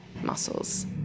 muscles